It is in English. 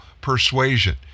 persuasion